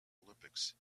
olympics